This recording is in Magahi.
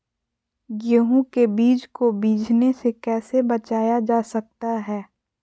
गेंहू के बीज को बिझने से कैसे बचाया जा सकता है?